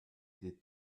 des